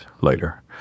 later